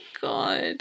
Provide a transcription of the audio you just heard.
god